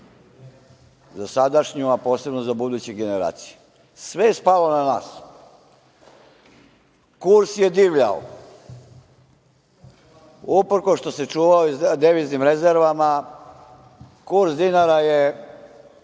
za sadašnju, a posebno za buduće generacije, sve je spalo na nas. Kurs je divljao, uprkos što se čuvao deviznim rezervama, kurs dinara je,